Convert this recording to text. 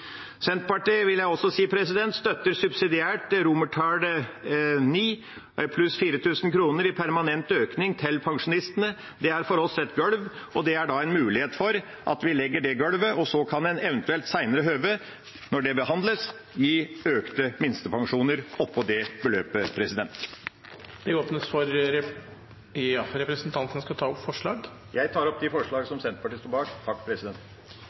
vil også si at Senterpartiet støtter subsidiært komiteens innstilling til IX, pluss 4 000 kr i permanent økning til pensjonistene. Det er for oss et golv, og det er en mulighet for at vi legger det golvet. Så kan en eventuelt ved senere høve, når det behandles, gi økte minstepensjoner oppå det beløpet. Jeg tar opp de forslagene som Senterpartiet alene står bak. Da har representanten Per Olaf Lundteigen tatt opp de